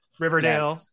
Riverdale